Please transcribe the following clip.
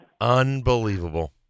Unbelievable